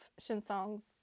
shinsong's